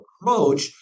approach